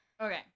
Okay